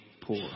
poor